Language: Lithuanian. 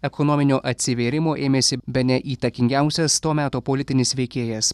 ekonominio atsivėrimo ėmėsi bene įtakingiausias to meto politinis veikėjas